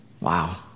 Wow